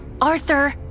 Arthur